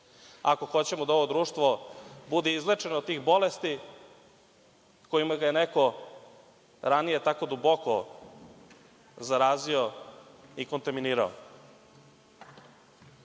ako hoćemo da ovo društvo bude izlečeno od tih bolesti kojima ga je neko ranije tako duboko zarazio i kontaminirao. Nemam